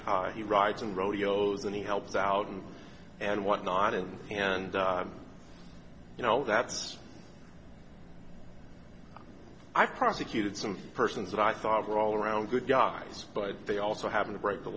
guy he rides and rodeos and he helps out and whatnot and and you know that's i've prosecuted some persons that i thought were all around good guys but they also happen to break the